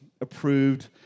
approved